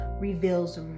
reveals